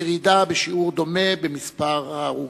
וירידה בשיעור דומה במספר ההרוגים.